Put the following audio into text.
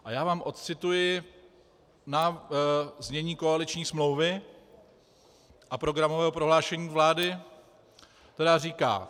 A já vám odcituji znění koaliční smlouvy a programového prohlášení vlády, která říká: